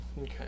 Okay